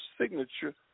signature